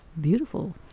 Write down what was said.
beautiful